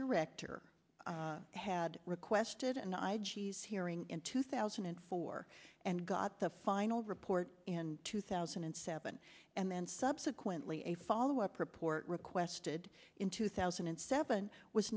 director had requested and i g s hearing in two thousand and four and got the final report in two thousand and seven and then subsequently a follow up report requested in two thousand and seven was